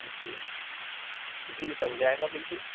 جی جی بن جائے گا بالکل